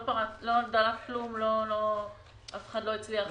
לא דלף כלום, אף אחד לא הצליח לפרוץ.